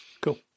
Cool